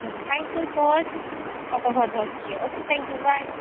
G thank you فورآپ کا بہت بہت شُکریہ اوکے تھینک یو بائے